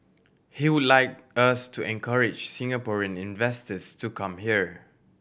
he would like us to encourage Singaporean investors to come here